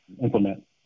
implement